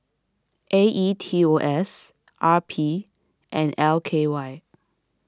A E T O S R P and L K Y